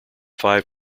five